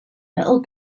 little